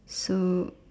so